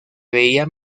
veía